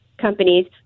companies